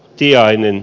tiainen